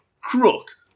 crook